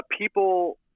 people